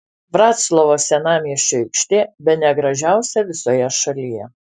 vroclavo senamiesčio aikštė bene gražiausia visoje šalyje